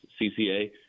CCA